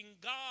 God